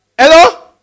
Hello